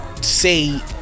say